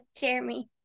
Jeremy